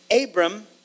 Abram